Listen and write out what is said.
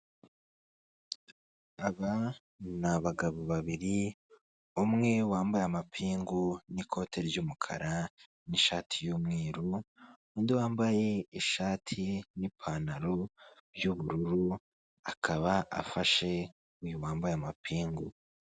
Aba ni abagabo babiri, umwe wambaye amapingu n'ikote ry'umukara, n'ishati y'umweru undi wambaye ishati n'ipantaro y'ubururu, akaba afashe uyu wambaye amapingu.